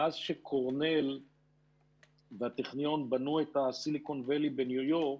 מאז שקורנל בטכניון בנו את הסיליקון ואלי בניו יורק,